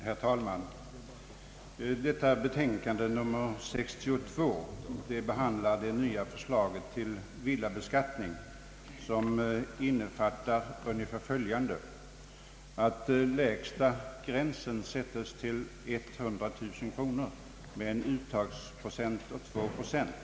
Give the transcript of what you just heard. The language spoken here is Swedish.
Herr talman! Bevillningsutskottets betänkande nr 62 behandlar det nya förslaget till villabeskattning, vilket innefattar ungefär följande. Den lägsta gränsen sättes vid 100 000 kronor taxeringsvärde och med ett uttag av 2 procent.